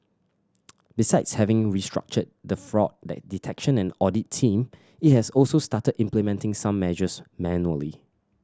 besides having restructured the fraud detection and audit team it has also started implementing some measures manually